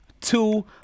two